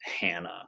hannah